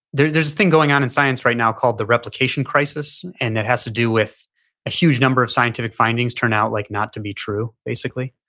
there's a thing going on in science right now called the replication crisis. and that has to do with a huge number of scientific findings turn out like not to be true basically.